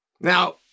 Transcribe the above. Now